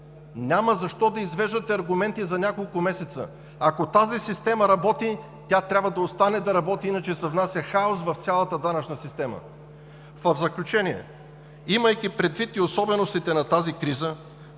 няма защо да извеждате аргументи за няколко месеца. Ако тази система работи, тя трябва да остане да работи, иначе се внася хаос в цялата данъчна система. В заключение, имайки предвид и особеностите на тази криза,